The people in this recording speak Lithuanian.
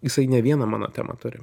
jisai ne vieną mano temą turi